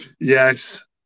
Yes